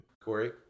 Corey